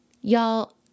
Y'all